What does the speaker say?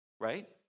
right